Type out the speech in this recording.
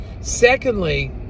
Secondly